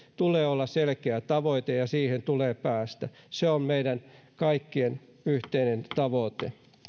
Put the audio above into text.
tulee olla selkeä tavoite ja siihen tulee päästä se on meidän kaikkien yhteinen tavoite